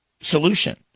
solution